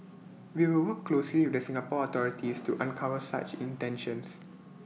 we will work closely with the Singapore authorities to uncover such intentions